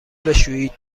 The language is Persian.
بشویید